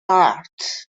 arts